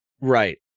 right